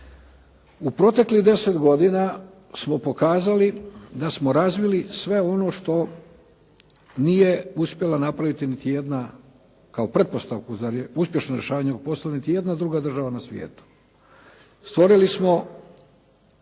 U proteklih 10 godina smo pokazali da smo razvili sve ono što nije uspjela napraviti niti jedna, kao pretpostavku za uspješno rješavanje u poslu niti jedna druga država u svijetu. Stvorili smo